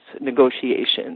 negotiations